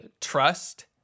trust